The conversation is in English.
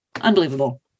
Unbelievable